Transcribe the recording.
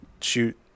shoot